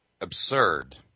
absurd